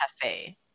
cafe